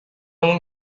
اون